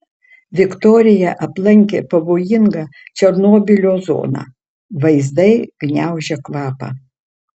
viktorija aplankė pavojingą černobylio zoną vaizdai gniaužia kvapą